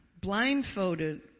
Blindfolded